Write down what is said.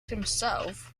himself